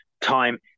time